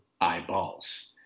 eyeballs